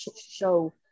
show